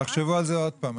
תחשבו על זה עוד פעם.